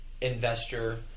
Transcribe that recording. investor